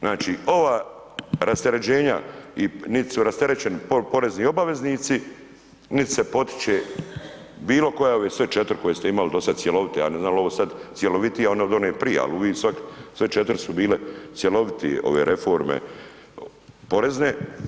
Znači ova rasterećenja, niti su rasterećeni porezni obveznici niti se potiče bilo koja, ove sve 4 koje ste imali do sada cjelovite, ja ne znam je li ovo sad cjelovitija od one prije ali uvijek sve 4 su bile cjelovitije ove reforme porezne.